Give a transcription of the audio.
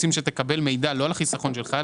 רוצים שתקבל מידע לא על החיסכון שלך,